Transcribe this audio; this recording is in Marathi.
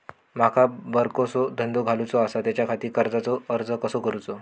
माका बारकोसो धंदो घालुचो आसा त्याच्याखाती कर्जाचो अर्ज कसो करूचो?